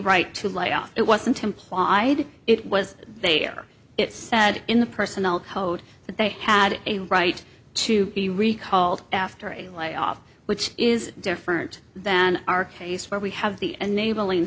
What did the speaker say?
right to light off it wasn't implied it was there it said in the personnel code that they had a right to be recalled after a layoff which is different than our case where we have the enabling